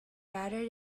rather